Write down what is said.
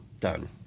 done